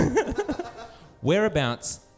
Whereabouts